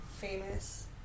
famous